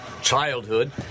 childhood